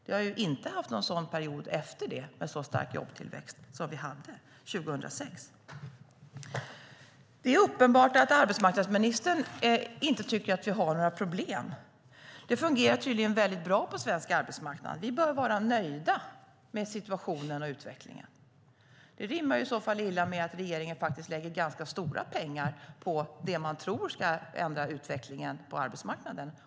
Vi har inte haft någon period med en sådan stark jobbtillväxt efter det. Det är uppenbart att arbetsmarknadsministern inte tycker att vi har några problem. Det fungerar tydligen väldigt bra på svensk arbetsmarknad. Vi bör vara nöjda med situationen och utvecklingen. Om man nu är nöjd med hur utvecklingen ser ut rimmar det illa med att regeringen faktiskt lägger ganska stora pengar på det man tror ska ändra utvecklingen på arbetsmarknaden.